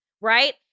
right